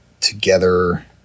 together